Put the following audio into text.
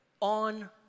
on